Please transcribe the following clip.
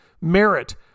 merit